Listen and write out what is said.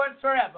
forever